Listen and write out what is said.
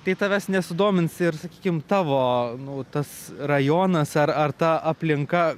tai tavęs nesudomins ir sakykim tavo nu tas rajonas ar ar ta aplinka